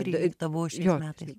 trylikta buvo šiais metais